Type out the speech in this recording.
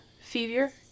fever